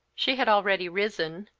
she had already risen,